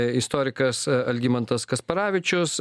istorikas algimantas kasparavičius